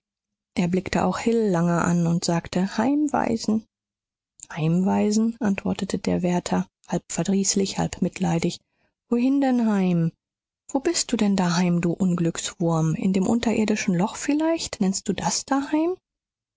er blickte auch hill lange an und sagte heimweisen heimweisen antwortete der wärter halb verdrießlich halb mitleidig wohin denn heim wo bist du denn daheim du unglückswurm in dem unterirdischen loch vielleicht nennst du das daheim